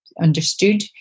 understood